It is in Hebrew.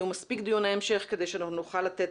יהיו מספיק דיוני המשך כדי שגם נוכל לתת